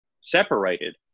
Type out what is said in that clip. separated